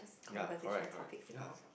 ya correct correct ya